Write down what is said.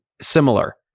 similar